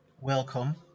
welcome